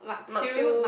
bak chew